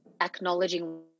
acknowledging